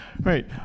Right